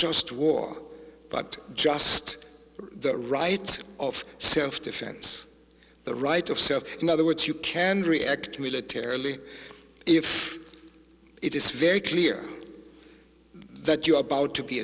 just war but just the right of self defense the right of self in other words you can react militarily if it is very clear that you are about to be